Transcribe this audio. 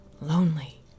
lonely